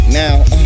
now